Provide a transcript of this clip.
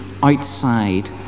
outside